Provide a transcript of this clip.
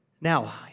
Now